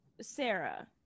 Sarah